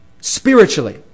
spiritually